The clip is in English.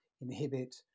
inhibit